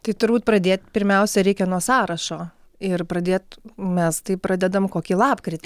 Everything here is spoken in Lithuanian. tai turbūt pradėt pirmiausia reikia nuo sąrašo ir pradėt mes tai pradedam kokį lapkritį